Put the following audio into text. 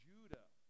Judah